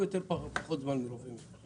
או פחות זמן מקביעת תור לרופא משפחה?